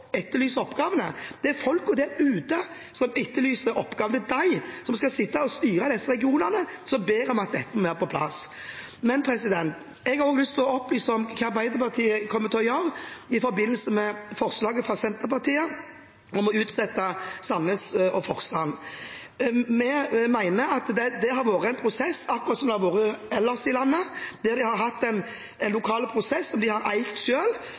etterlyser oppgavene. Det er folket der ute som etterlyser oppgavene. Det er de som skal sitte og styre disse regionene, som ber om at dette må være på plass. Jeg har også lyst til å opplyse om hva Arbeiderpartiet kommer til å gjøre i dag, i forbindelse med forslaget fra Senterpartiet om å utsette Sandnes og Forsand. Vi mener at det har vært en prosess, akkurat som det har vært ellers i landet der de har hatt en lokal prosess som de har